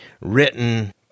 written